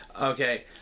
Okay